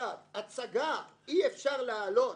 הצגה אי-אפשר להעלות